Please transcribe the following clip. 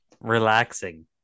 Relaxing